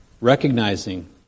Recognizing